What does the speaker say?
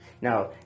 Now